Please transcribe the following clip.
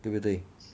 对不对